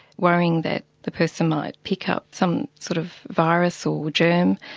worrying that the person might pick up some sort of virus or germ,